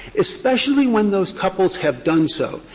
especially when those couples have done so,